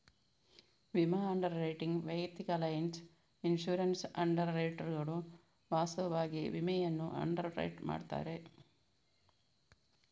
ವಿಮಾ underwriting ವೈಯಕ್ತಿಕ lines insurance ಅಂಡರ್ ರೈಟರುಗಳು ವಾಸ್ತವವಾಗಿ ವಿಮೆಯನ್ನು ಅಂಡರ್ ರೈಟ್ ಮಾಡುತ್ತಾರೆ